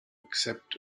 accept